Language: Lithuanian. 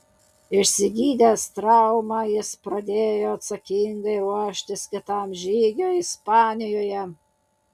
išsigydęs traumą jis pradėjo atsakingai ruoštis kitam žygiui ispanijoje